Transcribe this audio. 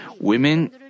women